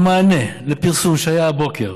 במענה לפרסום שהיה הבוקר